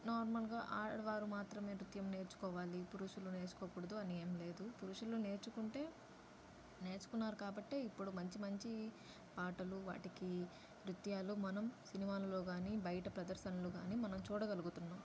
నార్మల్గా ఆడవారు మాత్రమే నృత్యం నేర్చుకోవాలి పురుషులు నేర్చుకోకూడదు అని ఏం లేదు పురుషులు నేర్చుకుంటే నేర్చుకున్నారు కాబట్టే ఇప్పుడు మంచి మంచి పాటలు వాటికి నృత్యాలు మనం సినిమాల్లో కానీ బయట ప్రదర్శనలు కానీ మనం చూడగలుగుతున్నాం